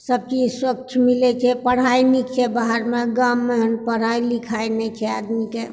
सभ चीज स्वच्छ मिलैत छै पढ़ाइ नीक छै बाहरमऽ गाममऽ एहन पढ़ाइ लिखाइ नहि छै आदमीके